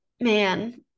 man